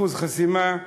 אחוז חסימה.